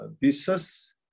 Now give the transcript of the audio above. business